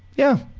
yeah.